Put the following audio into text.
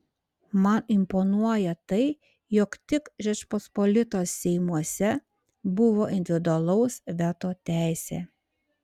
man imponuoja tai jog tik žečpospolitos seimuose buvo individualaus veto teisė